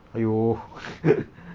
!aiyo!